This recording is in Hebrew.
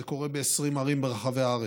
זה קורה ב-20 ערים ברחבי הארץ.